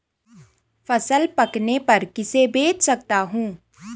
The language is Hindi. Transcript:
फसल पकने पर किसे बेच सकता हूँ?